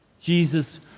Jesus